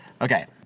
Okay